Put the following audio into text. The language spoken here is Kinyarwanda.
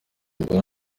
mbona